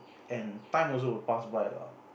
and time also will pass by lah